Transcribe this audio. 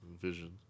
vision